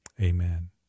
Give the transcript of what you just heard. Amen